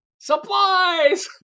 supplies